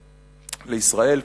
לישראל,